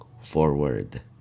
forward